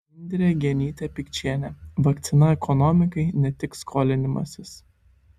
indrė genytė pikčienė vakcina ekonomikai ne tik skolinimasis